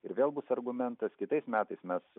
ir vėl bus argumentas kitais metais mes